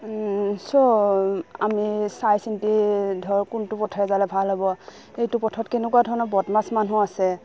চ' আমি চাই চিন্তি ধৰক কোনটো পথে যালে ভাল হ'ব এইটো পথত কেনেকুৱা ধৰণৰ বদমাছ মানুহ আছে